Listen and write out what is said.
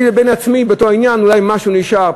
אני לבין עצמי באותו עניין אולי משהו נשאר,